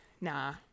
nah